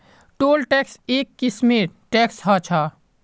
toll tax एक किस्मेर tax ह छः